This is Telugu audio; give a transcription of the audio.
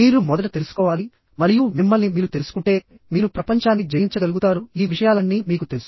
మీరు మొదట తెలుసుకోవాలి మరియు మిమ్మల్ని మీరు తెలుసుకుంటే మీరు ప్రపంచాన్ని జయించగలుగుతారు ఈ విషయాలన్నీ మీకు తెలుసు